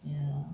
ya